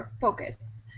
focus